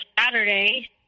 Saturday